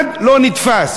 אחד לא נתפס.